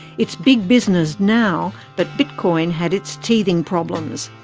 it's big business now, but bitcoin had its teething problems.